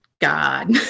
God